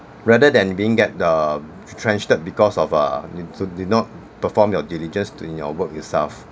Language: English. rather than being get the retrenched because of uh did not perform your diligence in your work itself